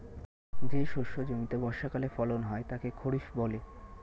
যে শস্য জমিতে বর্ষাকালে ফলন হয় তাকে খরিফ বলে